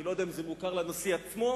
אני לא יודע אם זה מוכר לנשיא עצמו,